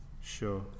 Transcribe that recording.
Sure